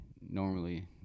normally